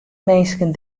minsken